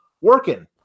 working